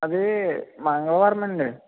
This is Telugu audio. అది మంగళవారం అండి